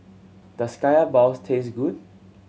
does Kaya balls taste good